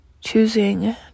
choosing